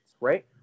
right